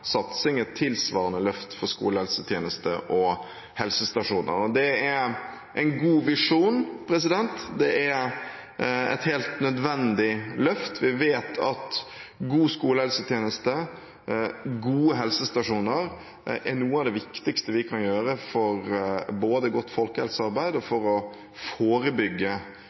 satsing og et tilsvarende løft for skolehelsetjenesten og helsestasjonene. Det er en god visjon, og det er et helt nødvendig løft. Vi vet at å satse på en god skolehelsetjeneste og gode helsestasjoner er noe av det viktigste vi kan gjøre for godt folkehelsearbeid, for å forebygge